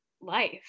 life